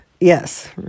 Yes